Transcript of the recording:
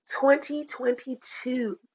2022